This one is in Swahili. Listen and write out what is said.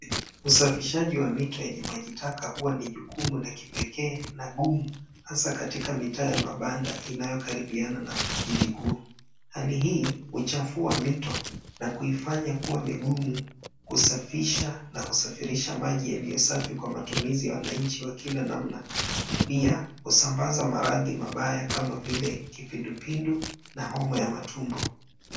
Usafishaji wa mito yenye majitaka huwa ni jukumu la kipekee na gumu hasa katika mitaa ya mabanda inayokaribiana na jiji kuu. Hali hii huchafua mito na kuifanya kuwa migumu kusafisha na kusafirisha maji yaliyo safi kwa matumizi na wananchi wa kila namna. Pia husambaza maradhi mabaya kama vile kipindupindu na homa ya matumbo.